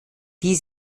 die